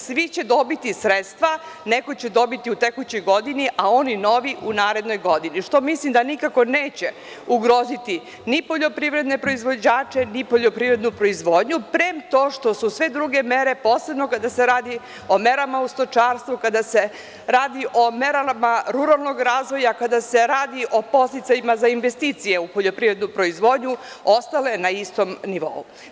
Svi će dobiti sredstva, neko će dobiti u tekućoj godini, a oni novi u narednoj godini, što mislim da nikako neće ugroziti ni poljoprivredne proizvođače, ni poljoprivrednu proizvodnju, prem to što su sve druge mere, posebno kada se radi o merama u stočarstvu, kada se radi o merama ruralnog razvoja, kada se radi o podsticajima za investicije u poljoprivrednu proizvodnju, ostale na istom nivou.